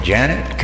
Janet